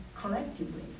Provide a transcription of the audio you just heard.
collectively